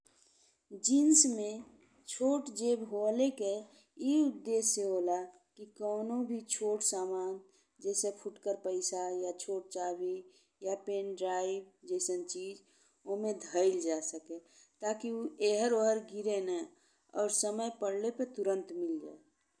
Jeans में छोट जेब होल के ए उद्देश्य होला कि कउनो भी छोट सामान जैसे फुटकर पैसा या छोट चाभी या पेनड्राइव जइसन चीज ओमे धईल जा सके ताकि उ हेर ओहर गिरे ना और समय पड़ले पे तुरंत मिल जाये।